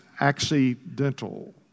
accidental